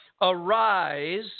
arise